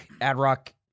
Ad-Rock